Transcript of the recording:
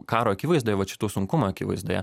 karo akivaizdoje vat šitų sunkumų akivaizdoje